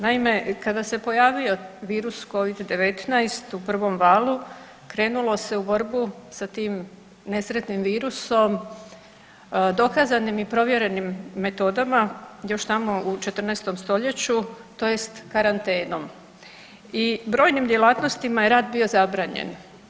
Naime, kada se pojavio virus Covid-19 u prvom valu krenulo se u borbu sa tim nesretnim virusom dokazanim i provjerenim metodama još tamo u 14. stoljeću tj. karantenom i brojnim djelatnostima je rad bio zabranjen.